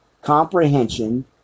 Comprehension